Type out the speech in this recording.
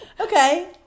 Okay